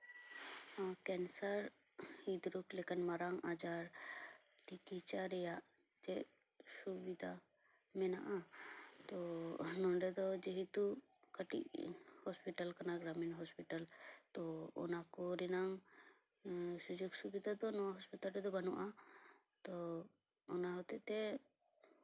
cancer ᱦᱨᱤᱫ ᱨᱳᱜᱽ ᱞᱮᱠᱟᱱ ᱢᱟᱨᱟᱝ ᱟᱡᱟᱨ ᱛᱤᱠᱤᱪᱪᱷᱟ ᱨᱮᱭᱟᱜ ᱪᱮᱫ ᱥᱩᱵᱤᱫᱟ ᱢᱮᱱᱟᱜᱼᱟ ᱛᱚ ᱱᱚᱰᱮ ᱫᱚ ᱡᱮᱦᱮᱛᱩ ᱠᱟᱹᱴᱤᱡ ᱦᱚᱥᱯᱤᱴᱟᱞ ᱠᱟᱱᱟ ᱢᱟᱱᱮ ᱜᱨᱟᱢᱤᱱ ᱦᱚᱥᱯᱤᱴᱟᱞ ᱛᱚ ᱚᱱᱟ ᱠᱚ ᱨᱮᱱᱟᱝ ᱥᱩᱡᱳᱜᱽ ᱥᱩᱵᱤᱫᱟ ᱫᱚ ᱱᱚᱣᱟ ᱦᱚᱥᱯᱤᱴᱟᱞ ᱨᱮᱫᱚ ᱵᱟᱹᱱᱩᱜᱼᱟ ᱛᱚ ᱚᱱᱟ ᱦᱚᱛᱮᱡ ᱛᱮ